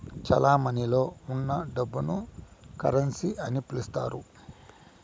చెలమణిలో ఉన్న డబ్బును కరెన్సీ అని పిలుత్తారు